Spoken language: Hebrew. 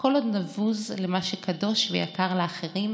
כל עוד נבוז למה שקדוש ויקר לאחרים,